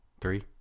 Three